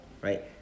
right